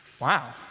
Wow